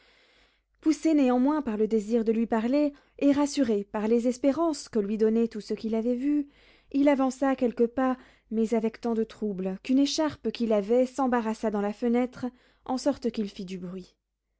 poussé néanmoins par le désir de lui parler et rassuré par les espérances que lui donnait tout ce qu'il avait vu il avança quelques pas mais avec tant de trouble qu'une écharpe qu'il avait s'embarrassa dans la fenêtre en sorte qu'il fit du bruit